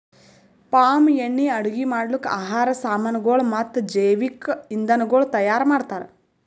palm ಎಣ್ಣಿ ಅಡುಗಿ ಮಾಡ್ಲುಕ್, ಆಹಾರ್ ಸಾಮನಗೊಳ್ ಮತ್ತ ಜವಿಕ್ ಇಂಧನಗೊಳ್ ತೈಯಾರ್ ಮಾಡ್ತಾರ್